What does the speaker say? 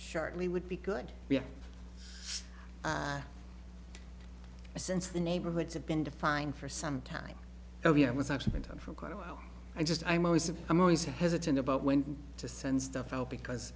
shortly would be good to have a sense of the neighborhoods have been defined for some time oh yeah it was actually went on for quite a while i just i'm always i'm always hesitant about when to send stuff out because